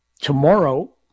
Tomorrow